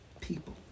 people